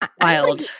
Wild